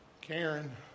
Karen